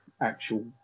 actual